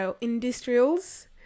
industrials